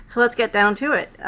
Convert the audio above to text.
so let's get down to it. i